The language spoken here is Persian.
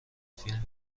فیلم